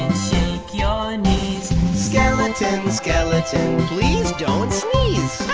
shake your knees. skeleton, skeleton please don't sneeze!